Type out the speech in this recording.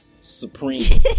supreme